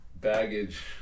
baggage